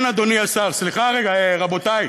סליחה, רבותי.